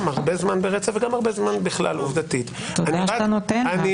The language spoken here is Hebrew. ולא במהות, אין